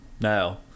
no